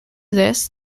this